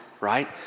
right